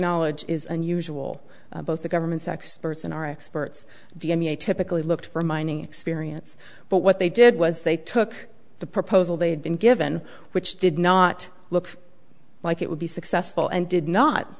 knowledge is unusual both the government's experts and our experts d m a typically looked for mining experience but what they did was they took the proposal they'd been given which did not look like it would be successful and did